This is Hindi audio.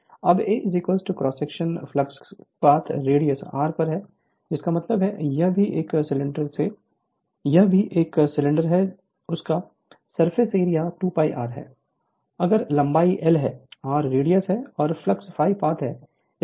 Refer Slide Time 0546 अब a cross sectional flux path radius r पर है जिसका मतलब है यह भी एक सिलेंडर है उसका सरफेस एरिया 2π rl है अगर l लंबाई है r रेडियस और फ्लक्स पाथ है